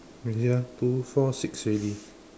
you see ah two four six already